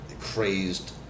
Crazed